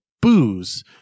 booze